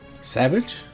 Savage